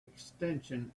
extension